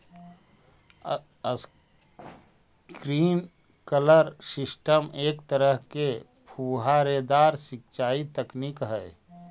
sprinkler system एक तरह के फुहारेदार सिंचाई तकनीक हइ